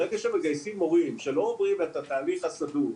ברגע שמגייסים מורים שלא עברו את התהליך הסדור,